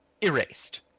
erased